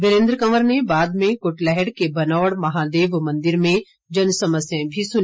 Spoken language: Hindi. वीरेन्द्र कंवर ने बाद में कुटलैहड़ के बनौड़ महादेव मंदिर में जनसमस्याएं भी सुनी